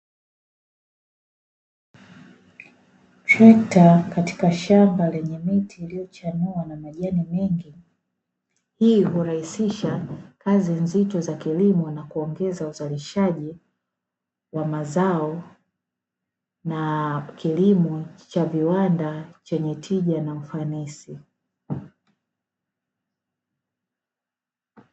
Trekta katika shamba lenye miti iliyochanua na majani mengi, hii hurahisisha kazi nzito za kilimo na kuongeza uzalishaji wa mazao na kilimo cha viwanda chenye tija na ufanisi.